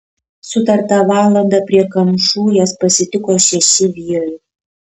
sutartą valandą prie kamšų jas pasitiko šeši vyrai